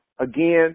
again